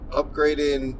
upgrading